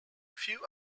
few